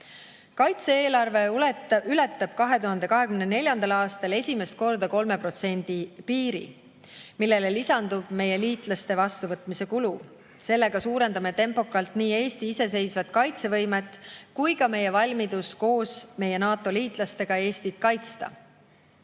Kaitse-eelarve ületab 2024. aastal esimest korda 3% piiri, millele lisandub meie liitlaste vastuvõtmise kulu. Sellega suurendame tempokalt nii Eesti iseseisvat kaitsevõimet kui ka meie valmidust koos meie NATO-liitlastega Eestit kaitsta.